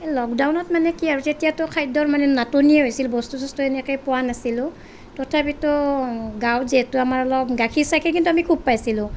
লকডাউনত মানে কি আৰু তেতিয়াটো খাদ্যৰ মানে নাটনিয়ে হৈছিল বস্তু চস্তু সেনেকে পোৱা নাছিলোঁ তথাপিটো গাঁও যিহেতু আমাৰ অলপ গাখীৰ চাখীৰ কিন্তু আমি খুব পাইছিলোঁ